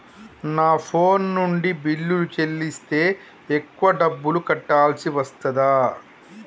నా ఫోన్ నుండి బిల్లులు చెల్లిస్తే ఎక్కువ డబ్బులు కట్టాల్సి వస్తదా?